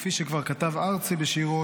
כפי שכבר ארצי בשירו,